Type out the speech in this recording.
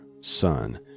son